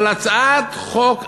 אבל הצעת חוק אחת,